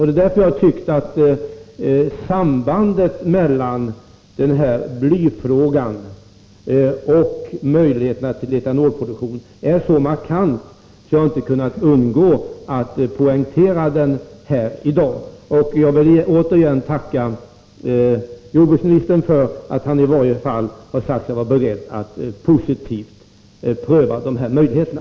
Det var därför som jag tyckte att sambandet mellan blyfrågan och möjligheter till etanolproduktion var så markant att jag inte kunde underlåta att poängtera det här i dag. Jag vill återigen tacka jordbruksministern för att han i varje fall har sagt sig vara beredd att positivt pröva de här möjligheterna.